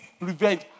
revenge